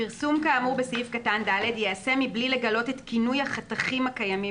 פרסום כאמור בסעיף קטן (ד) ייעשה מבלי לגלות את כינויי החתכים הקיימים